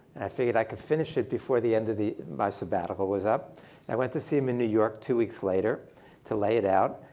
and i figured i could finish it before the end of my sabbatical was up. and i went to see him in new york two weeks later to lay it out,